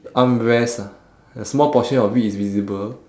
armrest ah a small portion of it is visible